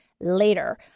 later